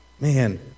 Man